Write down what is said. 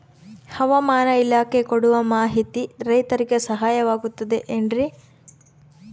ಹವಮಾನ ಇಲಾಖೆ ಕೊಡುವ ಮಾಹಿತಿ ರೈತರಿಗೆ ಸಹಾಯವಾಗುತ್ತದೆ ಏನ್ರಿ?